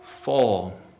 fall